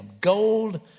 gold